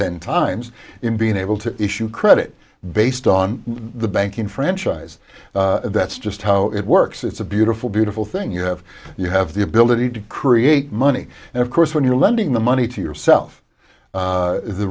ten times in being able to issue credit based on the banking franchise that's just how it works it's a beautiful beautiful thing you have you have the ability to create money and of course when you're lending the money to yourself